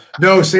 No